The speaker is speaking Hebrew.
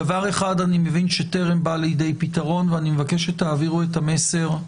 דבר אחד אני מבין שטרם בא לידי פתרון ואני מבקש שתעבירו את המסר.